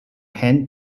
hand